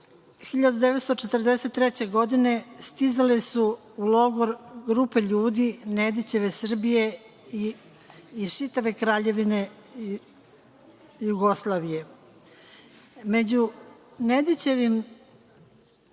1943. godine stizale su u logor grupe ljudi Nedićeve Srbije iz čitave Kraljevine Jugoslavije. Među Nedićevim